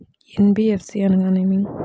NBFC అనగా ఏమిటీ?